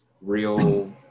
real